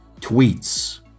tweets